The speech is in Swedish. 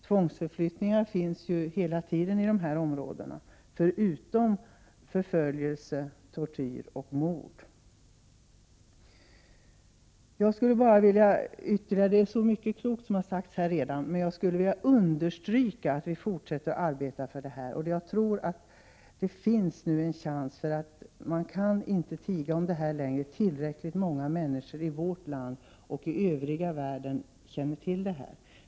Tvångsförflyttning pågår ständigt i dessa områden, förutom förföljelse, tortyr och mord. Det är så mycket klokt som redan har sagts här, men jag skulle vilja understryka att vi fortsätter att arbeta för detta. Jag tror att det finns en chans — man kan inte tiga om detta längre — att tillräckligt många människor i vårt land och i övriga världen känner till detta.